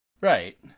Right